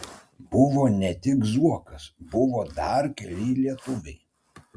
buvo ne tik zuokas buvo dar keli lietuviai